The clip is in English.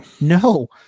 no